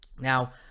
Now